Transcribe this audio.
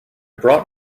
bought